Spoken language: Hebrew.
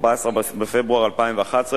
14 בפברואר 2011,